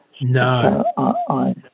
No